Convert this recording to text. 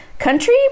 country